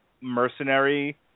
mercenary